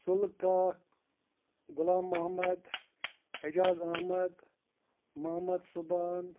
سُلہٕ کاک غلام محمد ایجاز احمد محمد سبحان